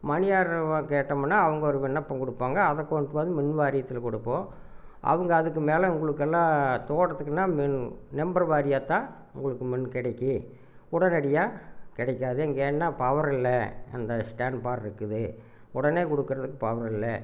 மணி ஆட்ரு கேட்டோம்னா அவங்க ஒரு விண்ணப்பம் கொடுப்பாங்க அதை கொண்டு வந்து மின் வாரியத்தில் கொடுப்போம் அவங்க அதுக்கு மேல் உங்களுக்கெல்லாம் தோட்டத்துக்குன்னா மின் நம்பர் வாரியாத்தான் உங்களுக்கு மின் கிடைக்கி உடனடியாக கிடைக்காது இங்கே ஏன்னால் பவர் இல்லை அந்த ஸ்டான் பார் இருக்குது உடனே கொடுக்கறதுக்கு பவர் இல்லை